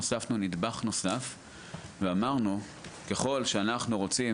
אנחנו הוספנו נדבך נוסף ואמרנו: ככול שאנחנו רוצים,